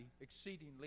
exceedingly